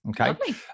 okay